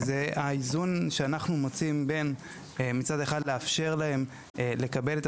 האיזון שאנחנו מוצאים בין מצד אחד לאפשר להן לקבל את